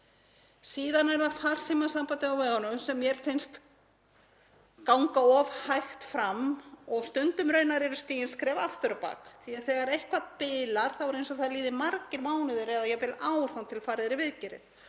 Síðan er það farsímasambandið á vegunum sem mér finnst ganga of hægt fram og stundum raunar eru stigin skref aftur á bak því að þegar eitthvað bilar er eins og það líði margir mánuðir eða jafnvel ár þangað til farið er í viðgerðir.